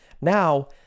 Now